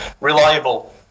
Reliable